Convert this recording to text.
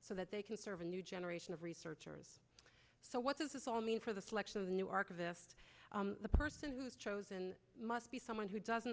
so that they can serve a new generation of researchers so what does this all mean for the selection of the new archivist the person who's chosen must be someone who doesn't